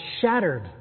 shattered